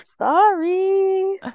Sorry